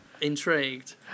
intrigued